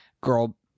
girl